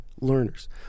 learners